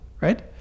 right